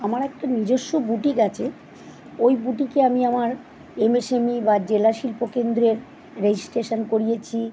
আমার একটা নিজস্ব বুটিক আছে ওই বুটিকে আমি আমার এমএসএমই বা জেলা শিল্প কেন্দ্রের রেজিস্ট্রেশন করিয়েছি